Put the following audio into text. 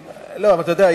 אבל אתה יודע,